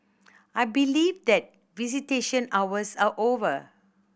I believe that visitation hours are over